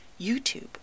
YouTube